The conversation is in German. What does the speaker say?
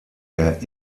der